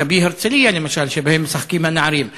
"מכבי הרצליה", למשל, שבה משחקים הנערים?